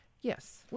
yes